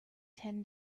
ten